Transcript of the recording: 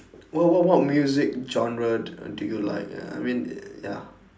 what what what music genre do do you like I mean ya